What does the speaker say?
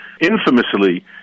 infamously